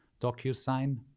DocuSign